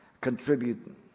contribute